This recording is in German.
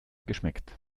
geschmeckt